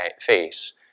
face